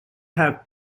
have